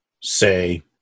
say